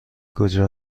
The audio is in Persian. کجا